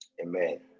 Amen